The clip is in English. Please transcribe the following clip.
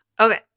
Okay